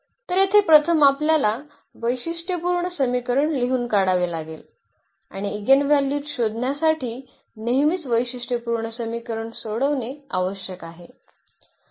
तर येथे प्रथम आपल्याला वैशिष्ट्यपूर्ण समीकरण लिहून काढावे लागेल आणि ईगेनव्हल्यूज शोधण्यासाठी नेहमीच वैशिष्ट्यपूर्ण समीकरण सोडवणे आवश्यक आहे